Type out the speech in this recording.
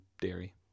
dairy